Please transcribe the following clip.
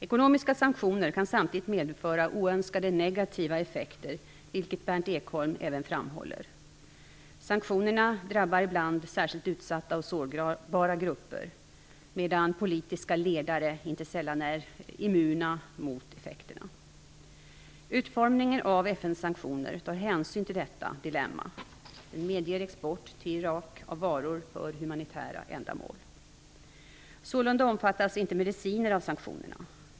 Ekonomiska sanktioner kan samtidigt medföra oönskade negativa effekter, vilket Berndt Ekholm även framhåller. Sanktionerna drabbar ibland särskilt utsatta och sårbara grupper, medan politiska ledare inte sällan är immuna mot effekterna. Utformningen av FN:s sanktioner tar hänsyn till detta dilemma. Den medger export till Irak av varor för humanitära ändamål. Sålunda omfattas inte mediciner av sanktionerna.